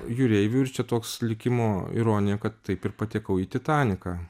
jūreiviu ir čia toks likimo ironija kad taip ir patekau į titaniką